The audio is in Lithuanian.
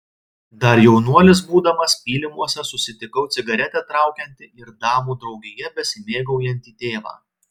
dar jaunuolis būdamas pylimuose susitikau cigaretę traukiantį ir damų draugija besimėgaujantį tėvą